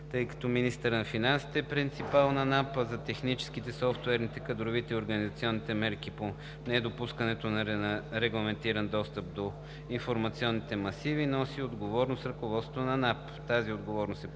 приходите. Министърът на финансите е принципал на НАП, а за техническите, софтуерните, кадровите и организационните мерки по недопускането на регламентиран достъп до информационните масиви носи ръководството на НАП. Тази отговорност е